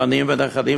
הגיעו בנים ונכדים,